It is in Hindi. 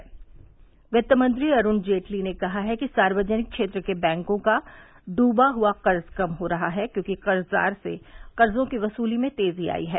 वित्त मंत्री वित्तमंत्री अरुण जेटली ने कहा है कि सार्वजनिक क्षेत्र के बैंकों का ड्बा हुआ कर्ज कम हो रहा है क्योंकि कर्जदार से कर्जों की वसुली में तेजी आई है